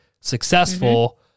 successful